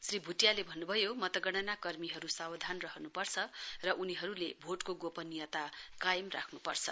श्री भुटियाले भन्नुभयो मतगणना कर्मीहरू सावधान रहनुपर्छ र उनीहरूले भोटको गोपनीयता कायम राख्नुपर्छ